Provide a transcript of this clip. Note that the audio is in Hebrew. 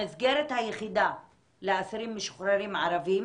המסגרת היחידה לאסירים משוחררים ערבים